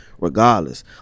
regardless